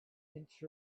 inch